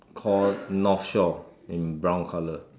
called north shore in brown colour